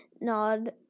nod